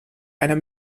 einer